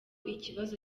ikibazo